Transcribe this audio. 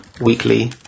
weekly